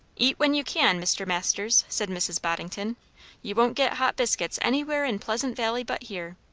eat when you can, mr. masters, said mrs. boddington you won't get hot biscuits anywhere in pleasant valley but here.